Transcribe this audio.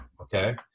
Okay